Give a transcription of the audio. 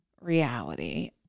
reality